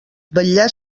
vetllar